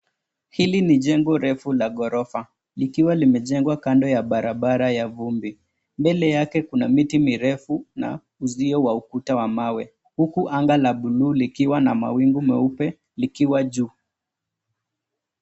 Hili ni jengo refu la gorofa likiwa limejengwa kando ya barabara ya vumbi. Mbele yake kuna miti mirefu na uzio wa ukuta wa mawe huku anga la buluu likiwa na mawingu meupe likiwa juu.